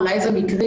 אולי זה מקרי.